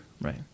Right